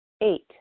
Eight